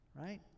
right